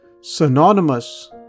synonymous